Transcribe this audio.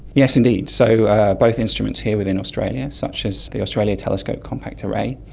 yes, indeed. so both instruments here within australia, such as the australia telescope compact array,